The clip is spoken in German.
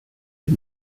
der